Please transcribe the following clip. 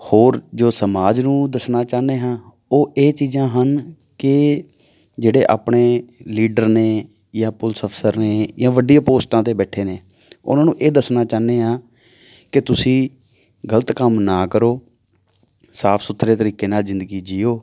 ਹੋਰ ਜੋ ਸਮਾਜ ਨੂੰ ਦੱਸਣਾ ਚਾਹੁੰਦੇ ਹਾਂ ਉਹ ਇਹ ਚੀਜ਼ਾਂ ਹਨ ਕਿ ਜਿਹੜੇ ਆਪਣੇ ਲੀਡਰ ਨੇ ਜਾਂ ਪੁਲਿਸ ਅਫਸਰ ਨੇ ਜਾਂ ਵੱਡੀਆਂ ਪੋਸਟਾਂ 'ਤੇ ਬੈਠੇ ਨੇ ਉਹਨਾਂ ਨੂੰ ਇਹ ਦੱਸਣਾ ਚਾਹੁੰਦੇ ਹਾਂ ਕਿ ਤੁਸੀਂ ਗਲਤ ਕੰਮ ਨਾ ਕਰੋ ਸਾਫ ਸੁਥਰੇ ਤਰੀਕੇ ਨਾਲ ਜ਼ਿੰਦਗੀ ਜੀਓ